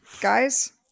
guys